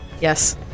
Yes